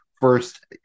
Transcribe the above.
first